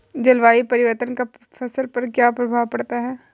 जलवायु परिवर्तन का फसल पर क्या प्रभाव पड़ेगा?